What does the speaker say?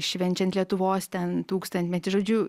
švenčiant lietuvos ten tūkstantmetį žodžiu